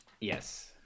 yes